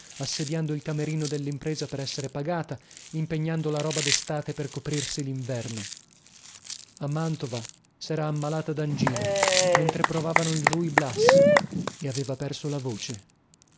assediando il camerino dellimpresa per essere pagata impegnando la roba destate per coprirsi linverno a mantova sera ammalata dangina mentre provavano il ruy blas e aveva perso la voce